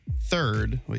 third